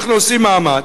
אנחנו עושים מאמץ,